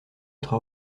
être